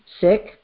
sick